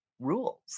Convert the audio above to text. rules